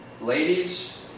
ladies